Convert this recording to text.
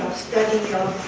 study of